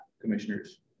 commissioners